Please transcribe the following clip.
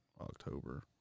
October